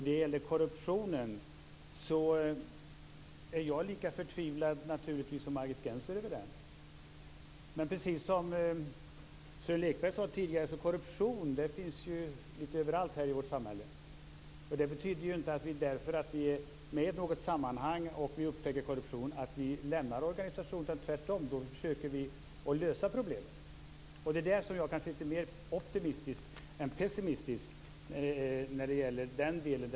Jag är naturligtvis lika förtvivlad som Margit Gennser över korruptionen. Men precis som Sören Lekberg sade tidigare finns korruption lite överallt i vårt samhälle. Om vi är med i ett sammanhang och upptäcker korruption betyder det inte att vi lämnar organisationen. Tvärtom försöker vi att lösa problemet. Jag är lite mer optimistisk än pessimistisk när det gäller den delen.